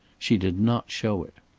she did not show it.